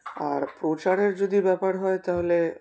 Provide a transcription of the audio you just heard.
আর প্রচারের যদি ব্যাপার হয় তাহলে